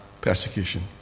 persecution